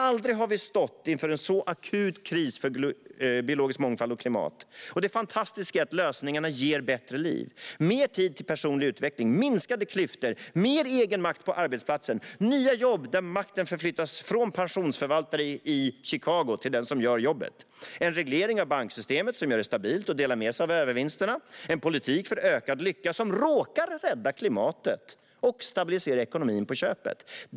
Aldrig har vi stått inför en så akut kris för biologisk mångfald och klimat, men det fantastiska är att lösningarna ger bättre liv: mer tid till personlig utveckling, minskade klyftor, mer egen makt på arbetsplatsen och nya jobb där makten förflyttas från en pensionsförvaltare i Chicago till den som gör jobbet. Det handlar om en reglering av banksystemet som gör det stabilt och delar med sig av övervinsterna. Det är en politik för ökad lycka som råkar rädda klimatet och stabilisera ekonomin på köpet.